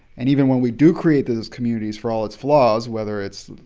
and even when we do create those communities for all its flaws, whether it's,